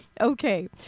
Okay